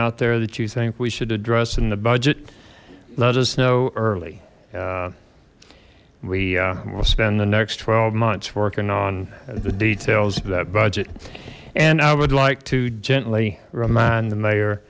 there that you think we should address in the budget let us know early we will spend the next twelve months working on the details of that budget and i would like to gently remind the mayor